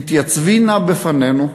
התייצבי נא בפנינו,